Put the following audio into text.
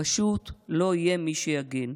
פשוט לא יהיה מי שיגן.